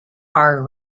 are